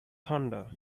thunder